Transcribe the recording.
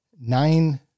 nine